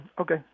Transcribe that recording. okay